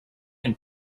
can